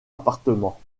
appartement